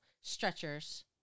stretchers